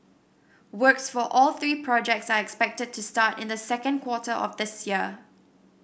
works for all three projects are expected to start in the second quarter of this year